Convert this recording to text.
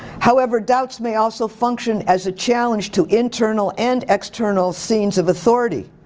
however doubts may also function as a challenge to internal and external scenes of authority.